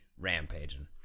rampaging